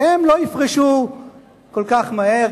הם לא יפרשו כל כך מהר.